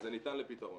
וזה ניתן לפתרון.